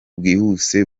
bwihuse